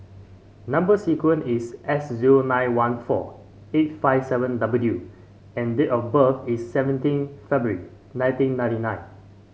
number sequence is S zero nine one four eight five seven W and date of birth is seventeen February nineteen ninety nine